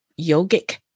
yogic